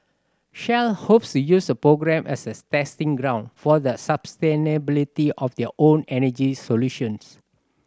shell hopes use the program as a testing ground for the sustainability of their own energy solutions